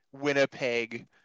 Winnipeg